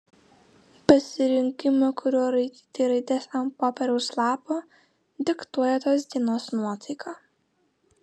pasirinkimą kuriuo raityti raides ant popieriaus lapo diktuoja tos dienos nuotaika